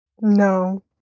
No